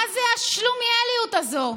מה זו השלומיאליות הזו?